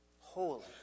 holy